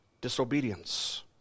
Disobedience